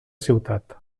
ciutat